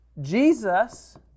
Jesus